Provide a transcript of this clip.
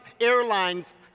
airlines